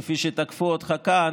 כפי שתקפו אותך כאן,